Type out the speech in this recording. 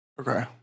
Okay